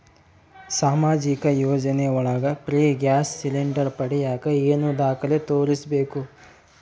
ಸಾಮಾಜಿಕ ಯೋಜನೆ ಒಳಗ ಫ್ರೇ ಗ್ಯಾಸ್ ಸಿಲಿಂಡರ್ ಪಡಿಯಾಕ ಏನು ದಾಖಲೆ ತೋರಿಸ್ಬೇಕು?